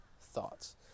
thoughts